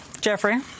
Jeffrey